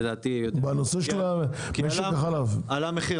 בנושא של שוק החלב --- עלה מחיר